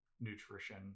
nutrition